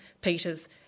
Peters